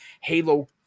halo